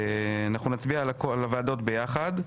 נצביע על הוועדות ביחד.